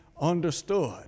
understood